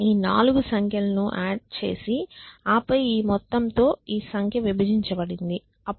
ఈ 4 సంఖ్యలను యాడ్ చేసి ఆపై ఈ మొత్తంతో ఈ సంఖ్య విభజించబడింది అప్పుడు 0